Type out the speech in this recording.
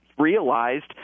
realized